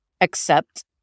accept